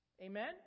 Amen